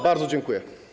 Bardzo dziękuję.